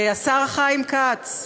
השר חיים כץ,